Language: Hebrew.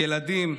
ילדים,